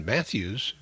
Matthew's